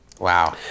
Wow